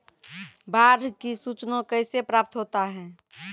बाढ की सुचना कैसे प्राप्त होता हैं?